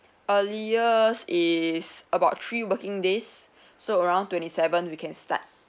earliest is about three working days so around twenty seven we can start